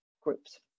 groups